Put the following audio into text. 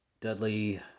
Dudley